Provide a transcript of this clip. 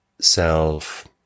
self